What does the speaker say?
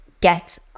get